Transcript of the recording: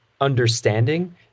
understanding